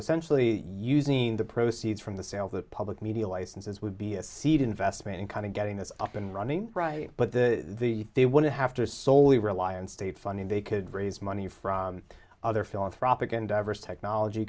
essentially using the proceeds from the sale that public media licenses would be a seed investment in kind of getting this up and running but the the they wouldn't have to soley rely on state funding they could raise money from other philanthropic endeavors technology